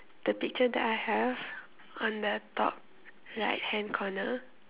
the picture that I have on the top right hand corner